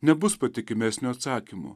nebus patikimesnio atsakymo